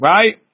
Right